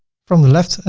from the left,